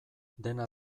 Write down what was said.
dena